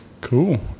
cool